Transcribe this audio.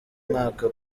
mwaka